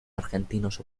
argentinos